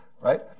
right